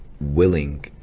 willing